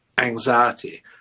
anxiety